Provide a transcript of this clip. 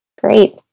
Great